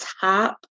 top